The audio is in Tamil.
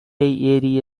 ஏறிய